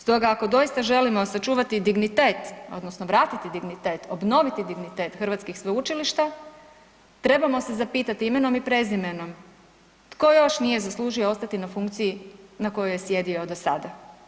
Stoga ako doista želimo sačuvati dignitet odnosno vratiti dignitet, obnoviti dignitet hrvatskih sveučilišta trebamo se zapitati imenom i prezimenom, tko još nije zaslužio ostati na funkciji na kojoj je sjedio do sada?